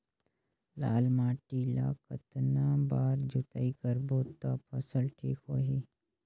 लाल माटी ला कतना बार जुताई करबो ता फसल ठीक होती?